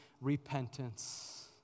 repentance